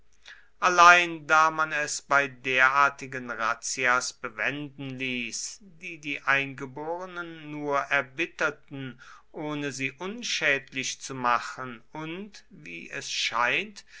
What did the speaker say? allein da man es bei derartigen razzias bewenden ließ die die eingeborenen nur erbitterten ohne sie unschädlich zu machen und wie es scheint